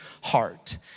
heart